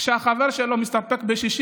כשהחבר שלו מסתפק ב-60,